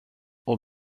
och